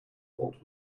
vault